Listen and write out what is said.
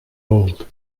old